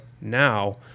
Now